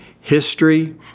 history